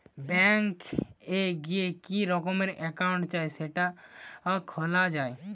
bank এ গিয়ে কি রকমের একাউন্ট চাই সেটা খোলা যায়